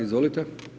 Izvolite.